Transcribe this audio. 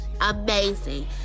Amazing